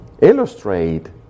illustrate